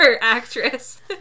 actress